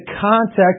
context